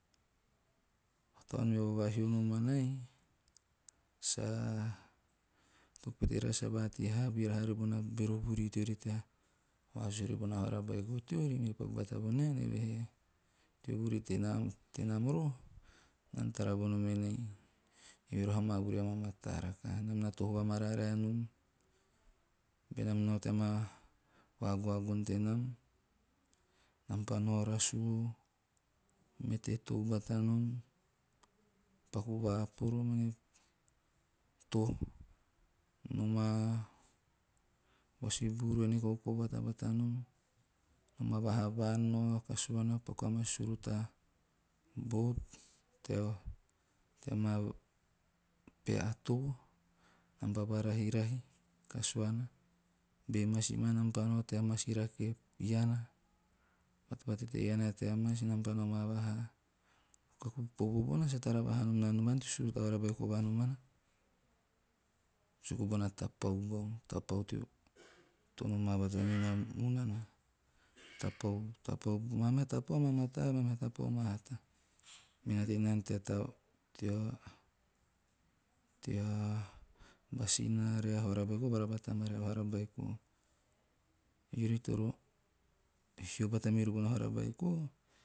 tavaan vai o vavvahio nomanai, sa vatei vira haari bona bero vuri teori tea vasusu ribono vahara beiko teorri meori paku bata vorien, eve he teo vuri tenam roho naa na tara vonom enei, eiroho a maa vuri a maa mataa rakaha. Nam na toho vamararae nom, benam nao tea maa vagoagon tenam, nam pa nao rasuu, mete tou bata nom, paku vaa poro mene toho, nomaa vasibu ruene kov'kovata bata nom. Noma vaha vaan, nao kasuana, paku amaa siruta 'boat' tea maa pea atovo, nam pa varahirahi kasuana. Be masi maa nam pa nao tea masi, rake iana, vateva tete iana tea masi nam pa noma vaha. O kaku popo bona sa tara vahaa nom naa nomana teo siruta vahara beiko va nomana. Suku bona tapau bau, tapau to noma bata minana bono munana. Tapau maa meha tapau amaa mataa, maa meha tapau amaa hata. Me na tei nana tea ba sina ria vahara beiko bara ba taima ria vahara beiko. Eori toro hio bata mirio vahara beiko.